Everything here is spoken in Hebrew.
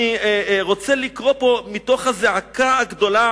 אני רוצה לקרוא פה מתוך הזעקה הגדולה